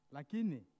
Lakini